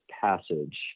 passage